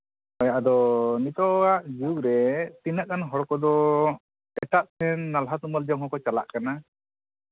ᱦᱮᱸ ᱟᱫᱚ ᱱᱤᱛᱚᱜᱟᱜ ᱡᱩᱜᱽ ᱨᱮ ᱛᱤᱱᱟᱹᱜ ᱜᱟᱱ ᱦᱚᱲ ᱠᱚᱫᱚ ᱮᱴᱟᱜ ᱥᱮᱱ ᱱᱟᱞᱦᱟ ᱛᱩᱢᱟᱹᱞ ᱡᱚᱝ ᱦᱚᱸᱠᱚ ᱪᱟᱞᱟᱜ ᱠᱟᱱᱟ